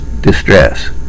distress